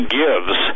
gives